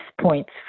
points